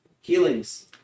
healings